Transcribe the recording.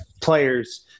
players